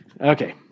Okay